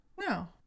No